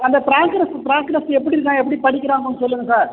அந்த progress progress எப்படி இருக்கான் எப்படி படிக்கிறான்னு கொஞ்ச சொல்லுங்கள் சார்